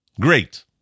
great